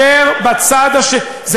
כאשר בצד השני,